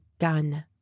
gun